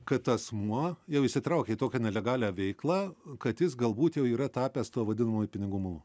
kad asmuo jau įsitraukia į tokią nelegalią veiklą kad jis galbūt jau yra tapęs tuo vadinamuoju pinigų